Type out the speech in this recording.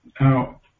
Now